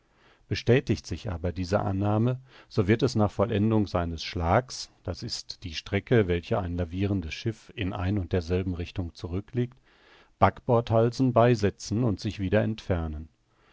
bestätigt sich aber diese annahme so wird es nach vollendung seines schlags d i die strecke welche ein lavirendes schiff in ein und derselben richtung zurücklegt backbordhalsen beisetzen und sich wieder entfernen